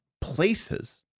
places